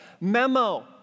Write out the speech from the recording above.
memo